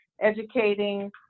educating